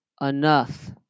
enough